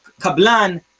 Kablan